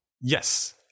Yes